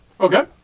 Okay